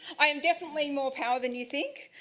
i am definitely more powerful than you think.